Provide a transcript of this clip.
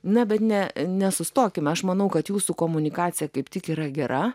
na bet ne nesustokime aš manau kad jūsų komunikacija kaip tik yra gera